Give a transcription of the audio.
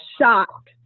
shocked